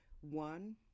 one